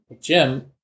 Jim